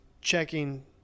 checking